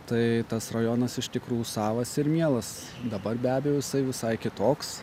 tai tas rajonas iš tikrųjų savas ir mielas dabar be abejo jisai visai kitoks